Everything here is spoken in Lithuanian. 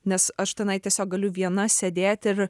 nes aš tenai tiesiog galiu viena sėdėt ir